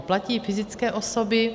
Platí ji fyzické osoby.